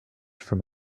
from